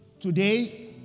Today